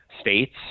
states